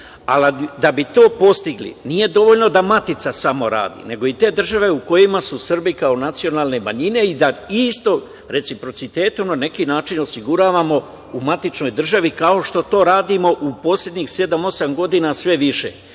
Da bi to postigli, nije dovoljno da Matica samo radi, nego i te države u kojima su Srbi kao nacionalne manjine i da isto reciprocitetom, na neki način osiguravamo u matičnoj državi, kao što to radimo u poslednjih sedam, osam godina sve više,